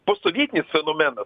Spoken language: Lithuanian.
postsovietinis fenomenas